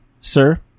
sir